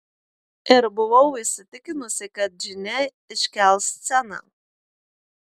ir buvau įsitikinusi kad džine iškels sceną